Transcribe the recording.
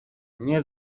nie